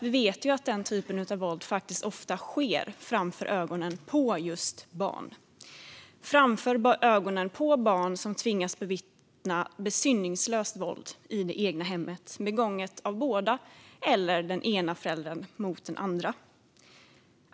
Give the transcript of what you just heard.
Vi vet att denna typ av våld ofta sker framför ögonen på barn som tvingas bevittna besinningslöst våld i det egna hemmet, begånget av båda föräldrarna eller av den ena föräldern mot den andra.